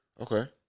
Okay